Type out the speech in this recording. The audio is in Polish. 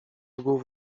głów